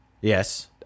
yes